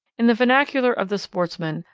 in the vernacular of the sportsman,